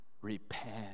repent